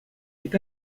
est